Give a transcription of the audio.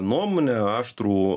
nuomonę aštrų